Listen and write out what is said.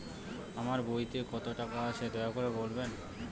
আমার বইতে কত টাকা আছে দয়া করে বলবেন?